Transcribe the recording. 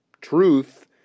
truth